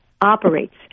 operates